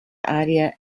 aria